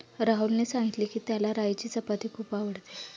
राहुलने सांगितले की, त्याला राईची चपाती खूप आवडते